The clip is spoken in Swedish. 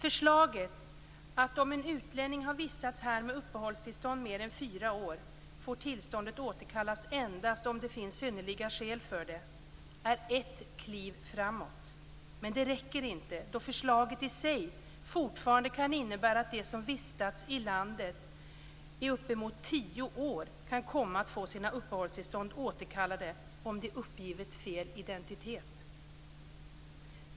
Förslaget att om en utlänning har vistats här med uppehållstillstånd mer än fyra år får tillståndet återkallas endast om det finns synnerliga skäl för det är ett kliv framåt. Men det räcker inte då förslaget i sig fortfarande kan innebära att de som vistats i landet i uppemot tio år kan komma att få sina uppehållstillstånd återkallade om de uppgivit fel identitet.